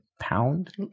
Pound